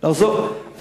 נחזור לוינוגרד.